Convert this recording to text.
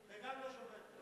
וגם לא שובתת.